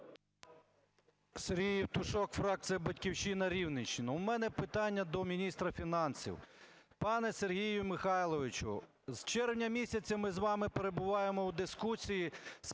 Сергій Євтушок, фракція "Батьківщина", Рівненщина. У мене питання до міністра фінансів. Пане Сергію Михайловичу, з червня місяця ми з вами перебуваємо в дискусії з